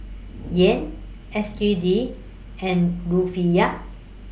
Yen S G D and Rufiyaa